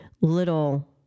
little